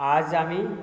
আজ আমি